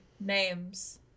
names